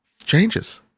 Changes